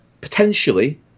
potentially